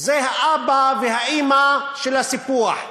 זה האבא והאימא של הסיפוח.